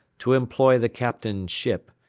to employ the captain's ship,